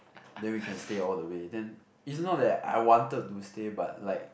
then we can stay all the way then it's not that I wanted to stay but like